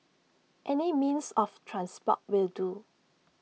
any means of transport will do